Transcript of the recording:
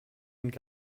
ihnen